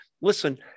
listen